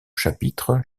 chapitre